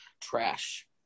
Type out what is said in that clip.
trash